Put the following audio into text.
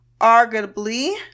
arguably